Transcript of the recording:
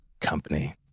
company